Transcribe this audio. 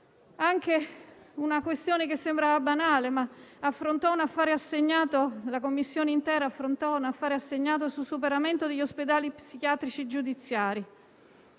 poi una questione che sembrerà banale: la Commissione intera affrontava un affare assegnato sul superamento degli ospedali psichiatrici giudiziari.